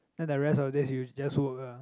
then the rest of days you just work lah